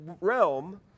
realm